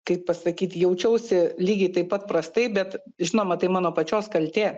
kaip pasakyt jaučiausi lygiai taip pat prastai bet žinoma tai mano pačios kaltė